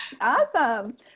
Awesome